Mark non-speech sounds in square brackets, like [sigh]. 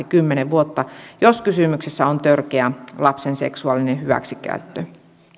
[unintelligible] kymmenen vuotta jos kysymyksessä on törkeä lapsen seksuaalinen hyväksikäyttö